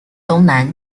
东南